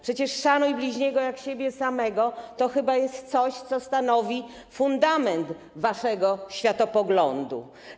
Przecież „szanuj bliźniego jak siebie samego” to chyba jest coś, co stanowi fundament waszego światopoglądu.